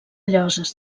lloses